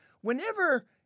Whenever